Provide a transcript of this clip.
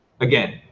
Again